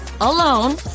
alone